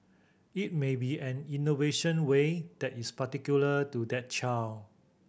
it may be an innovation way that is particular to that child